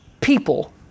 people